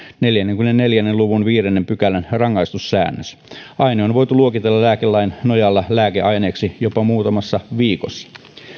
neljänkymmenenneljän luvun viidennen pykälän rangaistussäännös aine on voitu luokitella lääkelain nojalla lääkeaineeksi jopa muutamassa viikossa